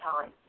time